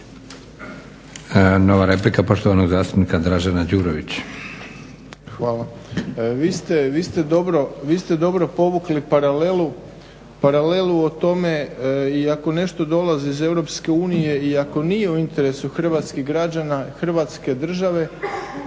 Nova replika poštovanog zastupnika Dražena Đurovića. **Đurović, Dražen (HDSSB)** Vi ste dobro povukli paralelu o tome i ako nešto dolazi iz EU i ako nije u interesu hrvatskih građana, Hrvatske države